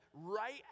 Right